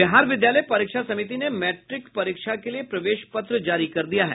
बिहार विद्यालय परीक्षा समिति ने मैट्रिक परीक्षा के लिए प्रवेश पत्र जारी कर दिया है